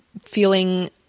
feeling